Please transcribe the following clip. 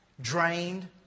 drained